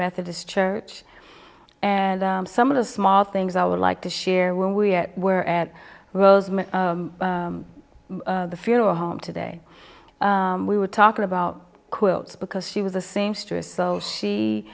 methodist church and some of the small things i would like to share when we were at rosemont funeral home today we were talking about quilts because she was a seamstress so she